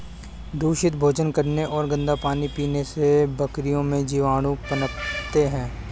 दूषित भोजन करने और गंदा पानी पीने से बकरियों में जीवाणु पनपते हैं